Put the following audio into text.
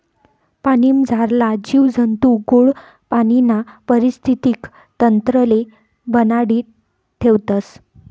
पाणीमझारला जीव जंतू गोड पाणीना परिस्थितीक तंत्रले बनाडी ठेवतस